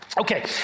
Okay